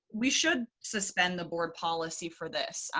we should suspend the board policy for this.